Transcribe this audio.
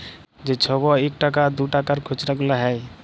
যে ছব ইকটাকা দুটাকার খুচরা গুলা হ্যয়